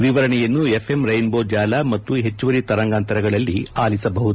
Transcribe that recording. ವಿವರಣೆಯನ್ನು FM rainbow ಜಾಲ ಮತ್ತು ಹೆಚ್ಚುವರಿ ತರಂಗಾಂತರಗಳಲ್ಲಿಯೂ ಆಲಿಸಬಹುದಾಗಿದೆ